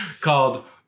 called